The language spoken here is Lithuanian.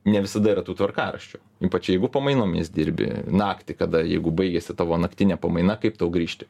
ne visada yra tų tvarkaraščių ypač jeigu pamainomis dirbi naktį kada jeigu baigiasi tavo naktinė pamaina kaip tau grįžti